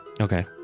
Okay